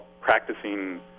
practicing